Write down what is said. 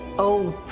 oh.